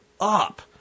up